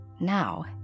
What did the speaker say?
Now